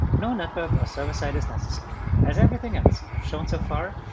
no network or server site is necessary. as everything else i've shown so far,